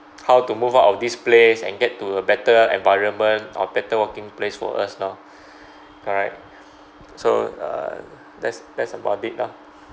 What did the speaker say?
how to move out of this place and get to a better environment or better working place for us lor correct so uh that's that's about it lah